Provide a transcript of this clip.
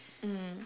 mm